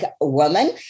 woman